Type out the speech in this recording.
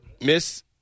Miss